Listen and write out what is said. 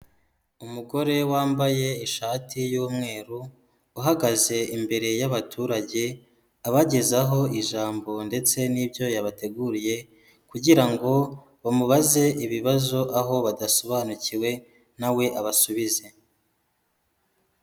Umugore wambaye ishati y'umweru, uhagaze imbere y'abaturage, abagezaho ijambo ndetse n'ibyo yabateguriye kugira ngo bamubaze ibibazo aho badasobanukiwe na we abasubize.